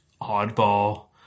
oddball